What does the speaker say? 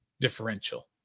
differential